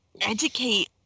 educate